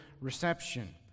reception